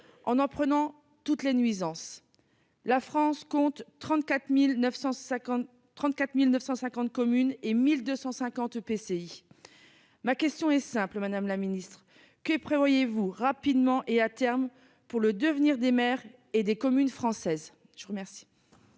en subissent toutes les nuisances. La France compte 34 950 communes et 1 250 EPCI. Ma question est simple, madame la ministre : que prévoyez-vous, rapidement et à terme, pour le devenir des maires et des communes françaises ? La parole